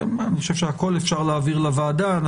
אני חושב שאת הכול אפשר להעביר לוועדה.